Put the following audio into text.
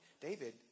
David